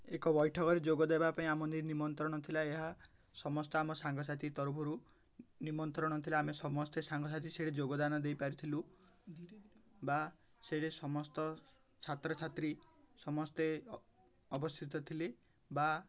ଏକ ବୈଠକରେ ଯୋଗ ଦେବା ପାଇଁ ଆମ ନେଇ ନିମନ୍ତ୍ରଣ ଥିଲା ଏହା ସମସ୍ତେ ଆମ ସାଙ୍ଗସାଥି ତରଫରୁ ନିମନ୍ତ୍ରଣ ଥିଲା ଆମେ ସମସ୍ତେ ସାଙ୍ଗସାଥି ସେଇଠି ଯୋଗଦାନ ଦେଇ ପାରିଥିଲୁ ବା ସେଇଠି ସମସ୍ତ ଛାତ୍ରଛାତ୍ରୀ ସମସ୍ତେ ଅବସ୍ଥିତ ଥିଲେ ବା